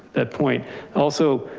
that point also,